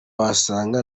wasanga